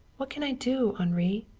what can i do, henri?